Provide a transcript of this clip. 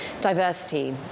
diversity